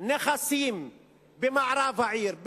נכסים במערב העיר,